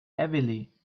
heavily